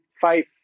five